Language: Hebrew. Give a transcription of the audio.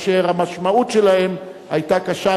שהמשמעות שלהם היתה קשה.